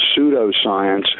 pseudoscience